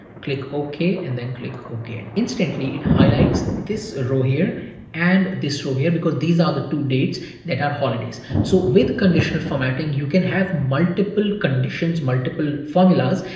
click okay, and then click okay, and instantly it highlights and this row here and this row here, because these are the two dates that are holidays. so with conditional formatting you can have multiple conditions, multiple formulas,